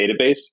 database